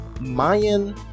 Mayan